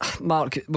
Mark